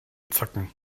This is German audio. zacken